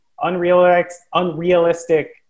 unrealistic